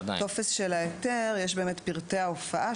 אני יכולה להגיד שבטופס של ההיתר יש פרטי ההופעה,